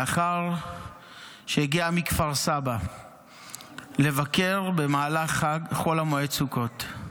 לאחר שהגיע מכפר סבא לבקר במהלך חול המועד סוכות.